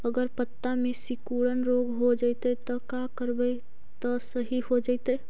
अगर पत्ता में सिकुड़न रोग हो जैतै त का करबै त सहि हो जैतै?